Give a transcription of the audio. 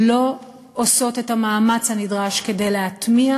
לא עושות את המאמץ הנדרש כדי להטמיע